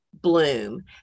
bloom